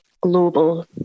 global